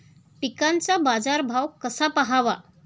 पिकांचा बाजार भाव कसा पहावा?